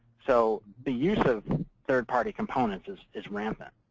so the use of third-party components is is rampant.